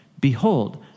Behold